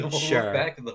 Sure